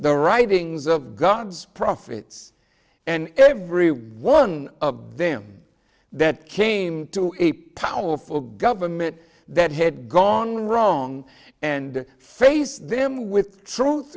the writings of god's profits and every one of them that came to a powerful government that had gone wrong and face them with t